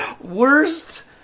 Worst